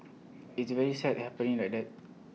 it's very sad happening like that